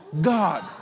God